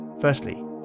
Firstly